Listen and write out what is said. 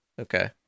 Okay